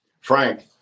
Frank